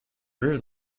rude